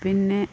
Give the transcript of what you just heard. പിന്നെ